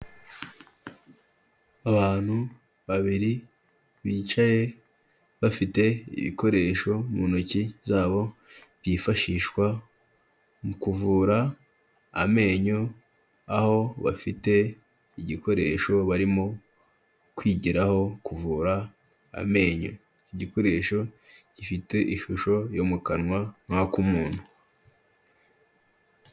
Abantu babiri, bicaye bafite ibikoresho mu ntoki zabo, byifashishwa mu kuvura amenyo, aho bafite igikoresho barimo kwigiraho kuvura amenyo. Igikoresho gifite ishusho yo mu kanwa nk'ak'umuntu.